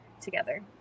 together